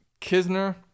Kisner